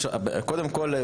קודם כל,